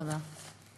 תודה.